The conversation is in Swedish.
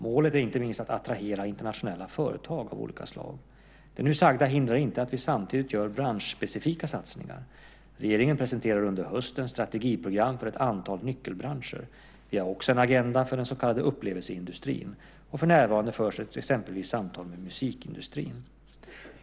Målet är inte minst att attrahera internationella företag av olika slag. Det nu sagda hindrar inte att vi samtidigt gör branschspecifika satsningar. Regeringen presenterar under hösten strategiprogram för ett antal nyckelbranscher. Vi har också en agenda för den så kallade upplevelseindustrin, och för närvarande förs exempelvis samtal med musikindustrin.